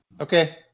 Okay